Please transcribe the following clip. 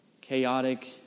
chaotic